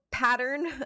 Pattern